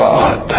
God